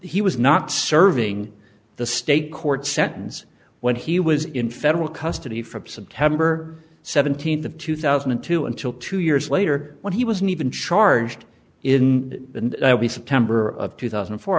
he was not serving the state court seconds when he was in federal custody from september seventeenth of two thousand and two until two years later when he was an even charged in the september of two thousand and four